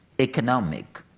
economic